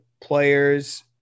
players